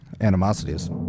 Animosities